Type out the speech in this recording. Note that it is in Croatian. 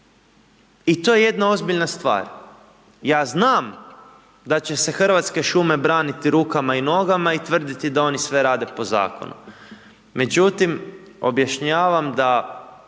I to je jedna ozbiljna stvar, ja znam da će se Hrvatske šume braniti rukama i nogama i tvrditi da oni sve rade po zakonu. Međutim, objašnjavam da